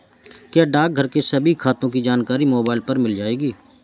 क्या डाकघर के सभी खातों की जानकारी मोबाइल पर मिल जाएगी?